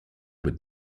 with